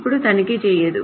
ఇప్పుడు తనిఖీ చేయదు